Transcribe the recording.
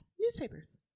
Newspapers